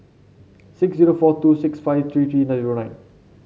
six zero four two six five three three zero nine